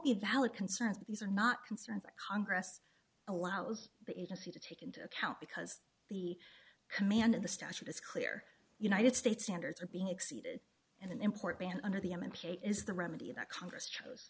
but these are not concerns congress allows the agency to take into account because the command of the statute is clear united states standards are being exceeded and an import ban under the n p a is the remedy that congress chose